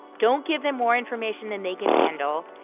don't give them more information than they can handle.